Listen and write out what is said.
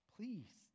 Please